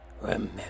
remember